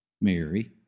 Mary